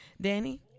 Danny